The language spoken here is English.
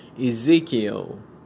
Ezekiel